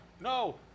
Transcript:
No